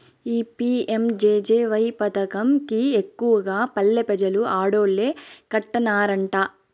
ఈ పి.యం.జె.జె.వై పదకం కి ఎక్కువగా పల్లె పెజలు ఆడోల్లే కట్టన్నారట